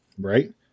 right